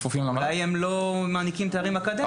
אולי הם לא מעניקים תארים אקדמיים.